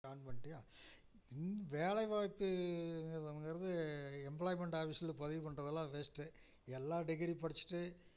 on பண்ணிட்டியா வேலைவாய்ப்பு ங்கிறது எம்ப்ளாய்மெண்ட் ஆபீஸில் பதிவு பண்ணுறதெல்லாம் வேஸ்ட்டு எல்லாம் டிகிரி படிச்சுட்டு